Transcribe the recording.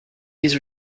his